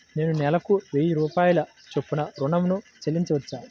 నేను నెలకు వెయ్యి రూపాయల చొప్పున ఋణం ను చెల్లించవచ్చా?